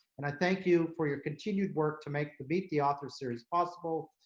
and i thank you for your continued work to make the meet the author series possible,